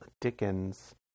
Dickens